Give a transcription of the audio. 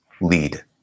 lead